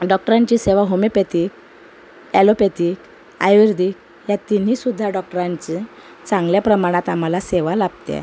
डॉक्टरांची सेवा homeopathy allopathy आयुर्वेदीक या तिन्हीसुद्धा डॉक्टरांचे चांगल्या प्रमाणात आम्हाला सेवा लाभते आहे